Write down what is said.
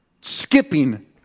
skipping